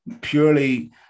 purely